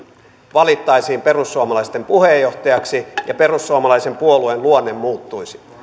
valittaisiin perussuomalaisten puheenjohtajaksi ja perussuomalaisen puolueen luonne muuttuisi